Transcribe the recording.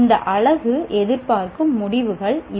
இந்த அலகு எதிர்பார்க்கும் முடிவுகள் இவை